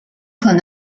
可能